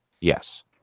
Yes